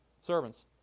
servants